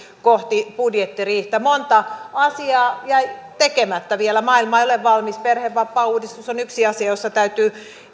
kohti budjettiriihtä monta asiaa jäi tekemättä vielä maailma ei ole valmis perhevapaauudistus on yksi asia jossa täytyy